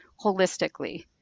holistically